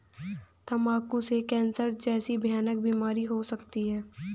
तंबाकू से कैंसर जैसी भयानक बीमारियां हो सकती है